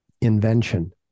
invention